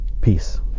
Peace